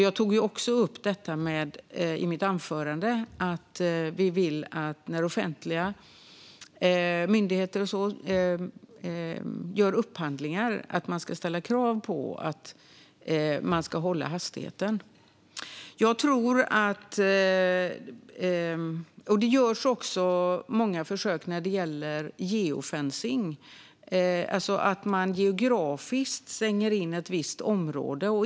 Jag tog också upp i mitt anförande att vi vill att offentliga myndigheter som gör upphandlingar ska ställa krav på att man ska hålla hastigheten. Det görs också många försök när det gäller geofencing. Man stänger geografiskt in ett visst område.